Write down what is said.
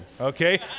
okay